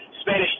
Spanish